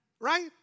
Right